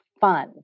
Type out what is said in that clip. fun